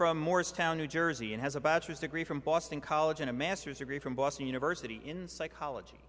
from morristown new jersey and has a bachelor's degree from boston college and a master's degree from boston university in psychology